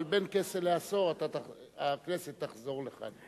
אבל בין כסה לעשור הכנסת תחזור לכאן.